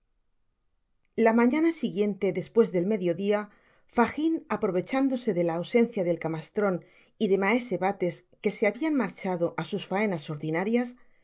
a mañana siguiente despues de medio dia fagin aprovechandose de la ausencia del camastron y de maese bates que se habian marchado á sus fae nas ordinarias